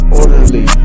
orderly